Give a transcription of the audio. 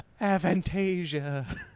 Aventasia